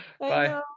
Bye